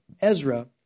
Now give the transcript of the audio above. Ezra